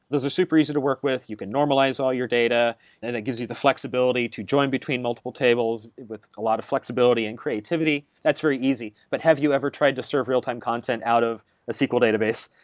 those are super easy to work with. you can normalize all your data and it gives you the flexibility to join between multiple tables with a lot of flexibility and creativity. that's very easy. but have you ever tried to serve real-time content out of a sql database?